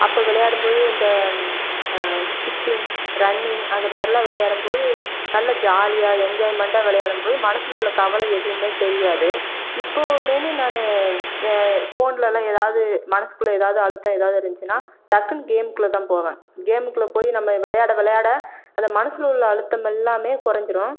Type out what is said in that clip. அப்போ விளையாடும் போது இந்த ஸ்கிப்பிங் ரன்னிங் அந்த மாதிரிலாம் விளையாடும் போது நல்ல ஜாலியாக என்ஜாய்மெண்ட்டாக விளையாடும்போது மனசில் உள்ள கவலை எதுவுமே தெரியாது இப்பவுமே நான் ஃபோன்லெல்லாம் ஏதாவது மனதுக்குள்ள ஏதாவது அழுத்தம் ஏதாவது இருந்துச்சுன்னா டக்குன்னு கேம் குள்ளே தான் போவேன் கேம் குள்ளே போய் நம்ம விளையாட விளையாட அது மனசில் உள்ள அழுத்தமெல்லாமே குறைஞ்சிரும்